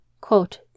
quote